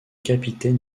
capitaine